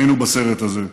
היינו בסרט הזה,